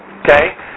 Okay